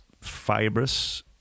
fibrous